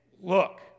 look